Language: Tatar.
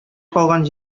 калган